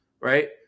right